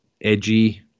edgy